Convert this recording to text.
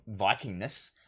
Vikingness